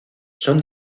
son